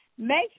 Make